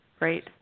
right